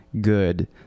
good